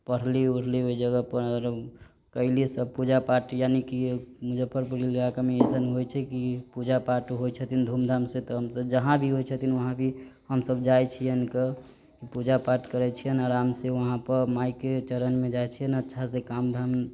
पढ़ली ऊढ़ली ओइ जगह पऽ और कैली सब पूजा पाठ यानी की मुजफ्फरपुर ईलाका मे अइसन होइ छै की पूजा पाठ होइ छथिन धूम धाम सँ त हमसब जहाँ भी होइ छथिन वहाँ भी हमसब जाइ छियैन क पूजा पाठ करै छियैन आराम से वहाँ पऽ माइ के चरण मे जाइ छियै न अच्छा से काम धाम